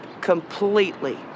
completely